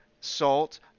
salt